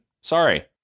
Sorry